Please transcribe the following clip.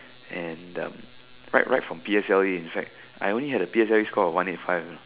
and um right right from P_S_L_E in fact I only had a P_S_L_E score of one eight five you know